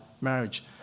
marriage